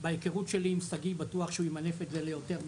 ומההיכרות שלי עם שגיא אני בטוח שהוא ימנף את זה ליותר.